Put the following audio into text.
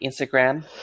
Instagram